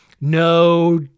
no